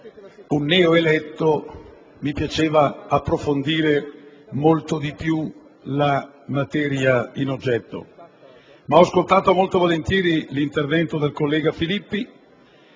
un neoeletto mi sarebbe piaciuto approfondire ancor più la materia in oggetto. Ma ho ascoltato molto volentieri l'intervento del collega Filippi,